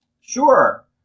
Sure